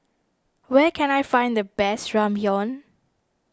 where can I find the best Ramyeon